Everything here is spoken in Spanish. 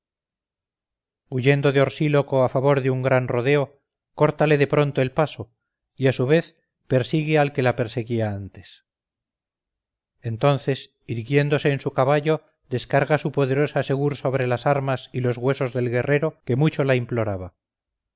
huyendo de orsíloco a favor de un gran rodeo córtale de pronto el paso y a su vez persigue al que la perseguía antes entonces irguiéndose en su caballo descarga su poderosa segur sobre las armas y los huesos del guerrero que mucho la imploraba